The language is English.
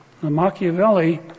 Machiavelli